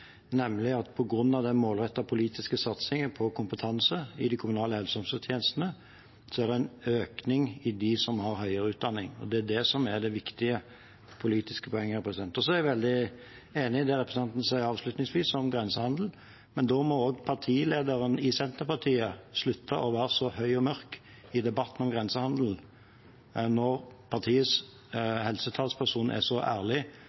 nemlig at på grunn av den målrettede politiske satsingen på kompetanse i de kommunale helse- og omsorgstjenestene er det en økning i dem som har høyere utdanning. Det er det som er det viktige politiske poenget. Jeg er veldig enig i det representanten sier avslutningsvis om grensehandelen, men da må også partilederen i Senterpartiet slutte å være så høy og mørk i debatten om grensehandel. Når partiets helsetalsperson er så ærlig